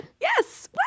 Yes